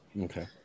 okay